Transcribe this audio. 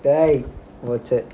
dey